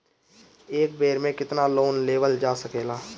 एक बेर में केतना लोन लेवल जा सकेला?